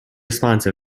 response